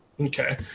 Okay